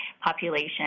population